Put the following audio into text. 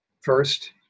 first